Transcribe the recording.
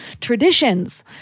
traditions